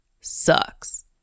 sucks